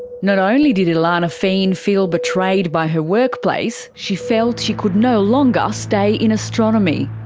not only did ilana feain feel betrayed by her workplace, she felt she could no longer stay in astronomy.